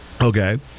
Okay